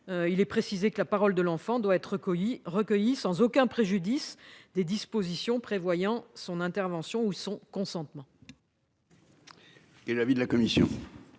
Il est précisé que la parole de l'enfant doit être recueillie sans aucun préjudice des dispositions prévoyant son intervention ou son consentement. Quel est l'avis de la commission ?